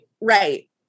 right